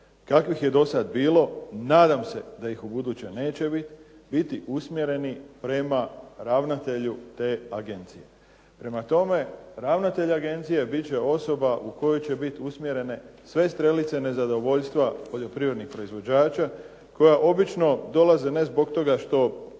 kakvih je do sada bilo nadam se da ih ubuduće neće biti usmjereni prema ravnatelju te agencije. Prema tome, ravnatelj agencije bit će osoba u koju će biti usmjerene sve strelice nezadovoljstva poljoprivrednih proizvođača koja obično dolaze ne zbog toga što